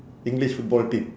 english football team